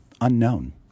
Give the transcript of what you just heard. unknown